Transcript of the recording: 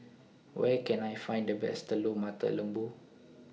Where Can I Find The Best Telur Mata Lembu